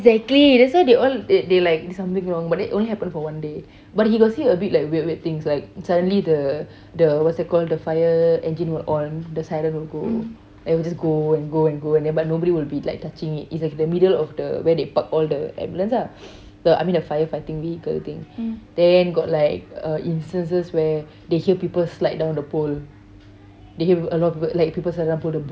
exactly that's why they all they they like something wrong but then only happen for one day but he got see a bit like weird weird things like suddenly the the what's that called the fire engine will on the siren will go it will just go and go and go but nobody will be like touching it it's like the middle of the where they park all the ambulance ah the I mean the firefighting vehicle thing then got like uh instances where they hear people slide down the pole then they hear a lot of people like people slide down pole